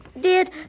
Dad